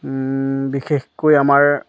বিশেষকৈ আমাৰ